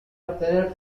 obtener